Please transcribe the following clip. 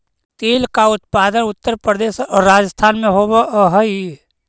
तिल का उत्पादन उत्तर प्रदेश और राजस्थान में होवअ हई